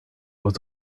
was